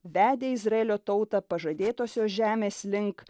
vedė izraelio tautą pažadėtosios žemės link